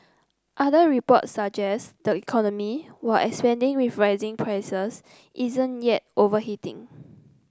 other reports suggest the economy while expanding with rising prices isn't yet overheating